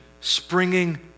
springing